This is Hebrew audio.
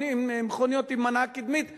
שבודקות את המעמד של הסודנים.